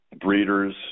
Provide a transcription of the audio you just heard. breeders